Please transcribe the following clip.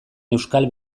euskal